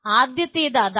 ആദ്യത്തെത് അതാണ്